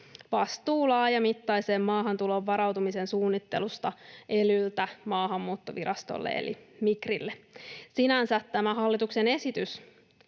vastuu laajamittaiseen maahantuloon varautumisen suunnittelusta elyltä Maahanmuuttovirastolle eli Migrille. Sinänsä tämä hallituksen esitys